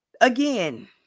again